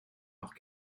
nach